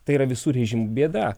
tai yra visų režimų bėda